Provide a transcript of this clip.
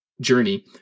journey